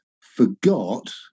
forgot